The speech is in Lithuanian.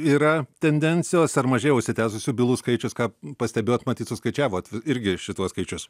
yra tendencijos ar mažėja užsitęsusių bylų skaičius ką pastebėjot matyt suskaičiavot irgi šituos skaičius